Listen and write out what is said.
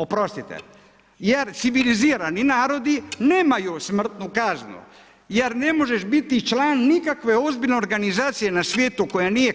Oprostite jer civilizirani narodi nemaju smrtnu kaznu jer ne možeš biti član nikakve ozbiljne organizacije na svijetu koja nije